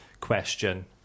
question